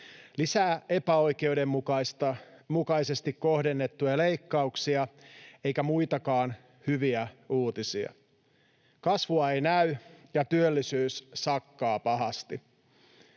lisää epäoikeudenmukaisesti kohdennettuja leikkauksia, eikä muitakaan hyviä uutisia. Kasvua ei näy, ja työllisyys sakkaa pahasti.